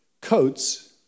coats